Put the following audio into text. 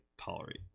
tolerate